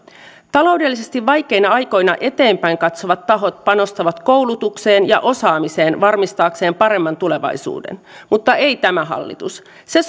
taloudellisesti vaikeina aikoina eteenpäin katsovat tahot panostavat koulutukseen ja osaamiseen varmistaakseen paremman tulevaisuuden mutta ei tämä hallitus se